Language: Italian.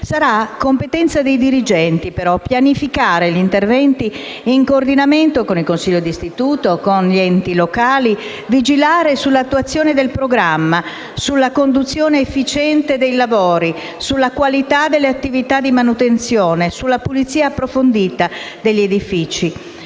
però, competenza dei dirigenti pianificare gli interventi, in coordinamento con il consiglio di istituto e gli enti locali, e vigilare sull'attuazione del programma, sulla conduzione efficiente dei lavori, sulla qualità delle attività di manutenzione, sulla pulizia approfondita degli edifici.